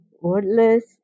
wordless